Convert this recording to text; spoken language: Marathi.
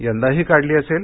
यंदाही काढली असेल